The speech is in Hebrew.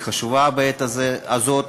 היא חשובה בעת הזאת,